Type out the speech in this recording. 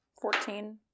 Fourteen